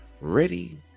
ready